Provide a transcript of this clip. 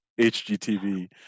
hgtv